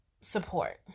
support